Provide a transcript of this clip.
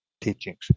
teachings